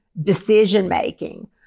decision-making